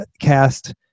cast